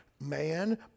Man